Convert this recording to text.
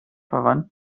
verwandt